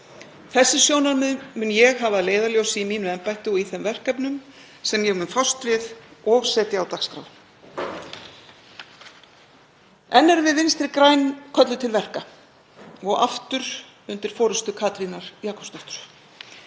Þessi sjónarmið mun ég hafa að leiðarljósi í mínu embætti og í þeim verkefnum sem ég mun fást við og setja á dagskrá. Enn erum við Vinstri græn kölluð til verka og aftur undir forystu Katrínar Jakobsdóttur.